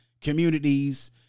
communities